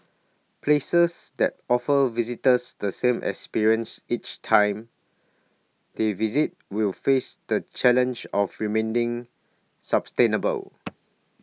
places that offer visitors the same experience each time they visit will face the challenge of remaining sustainable